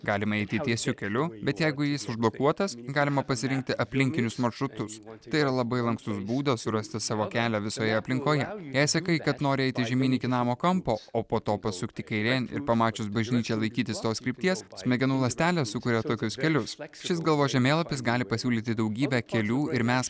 galima eiti tiesiu keliu bet jeigu jis užblokuotas galima pasirinkti aplinkinius maršrutus tai yra labai lankstus būdas surasti savo kelią visoje aplinkoje jei sakai kad nori eiti žemyn iki namo kampo o po to pasukti kairėn ir pamačius bažnyčią laikytis tos krypties smegenų ląstelės sukuria tokius kelius šis galvos žemėlapis gali pasiūlyti daugybę kelių ir mes manome kad jis yra